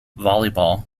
volleyball